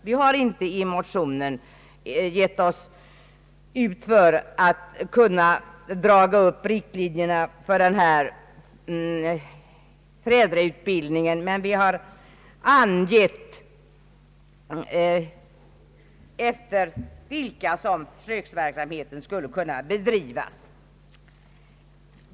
Vi har inte i vår motion gett oss ut för att kunna dra upp alla riktlinjerna för en föräldrautbildning, men vi har angett efter vilka linjer som försöksverksamheten skulle kunna bedrivas.